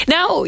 Now